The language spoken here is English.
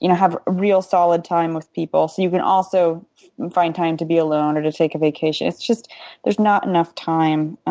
you know have real solid time with people so you can also find time to be alone of to take a vacation. it's just there's not enough time.